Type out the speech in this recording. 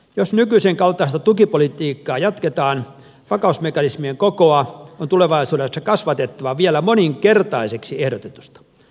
jos nykyisen kaltaista tukipolitiikkaa jatketaan vakausmekanismien kokoa on tulevaisuudessa kasvatettava vielä moninkertaiseksi ehdotetusta